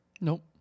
Nope